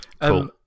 Cool